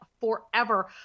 forever